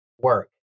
work